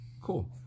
Cool